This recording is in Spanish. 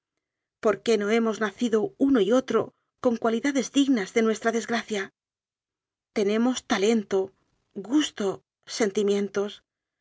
por qué no hemos nacido uno y otro con cualidades dignas de nuestra desgracia tenemos talento gusto sentimientos